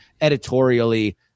editorially